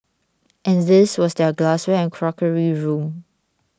and this was their glassware and crockery room